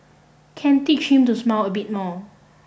can teach him to smile a bit more